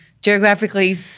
geographically